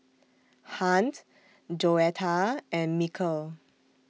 Hunt Joetta and Mikel